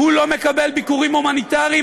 שלא מקבל ביקורים הומניטריים,